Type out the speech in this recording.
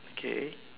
okay